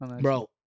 Bro